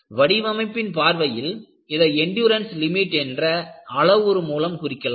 வடிவமைப்பின் பார்வையில் இதை எண்டுரன்ஸ் லிமிட் என்ற அளவுரு மூலம் குறிக்கலாம்